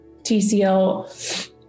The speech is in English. TCL